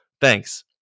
Thanks